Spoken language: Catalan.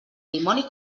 dimoni